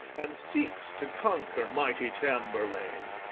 and seeks to conquer mighty tamburlaine?